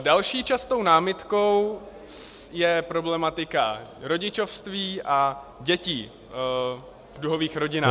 Další častou námitkou je problematika rodičovství a dětí v duhových rodinách